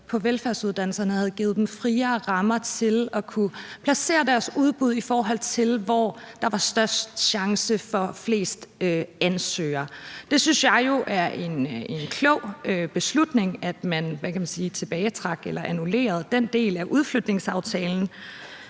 professionshøjskolerne havde givet dem friere rammer til at kunne placere deres udbud, i forhold til hvor der var størst chance for at få flest ansøgere. Det synes jeg jo er en klog beslutning, nemlig at man tilbagetrak eller annullerede den del af udflytningsaftalen.